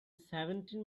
seventeen